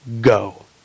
go